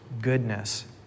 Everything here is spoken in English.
goodness